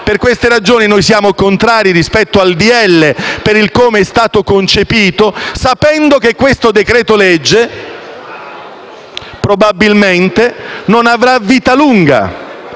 Per queste ragioni, noi siamo contrari rispetto al decreto-legge, per come è stato concepito, sapendo che questo decreto-legge probabilmente non avrà vita lunga,